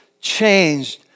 changed